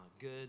good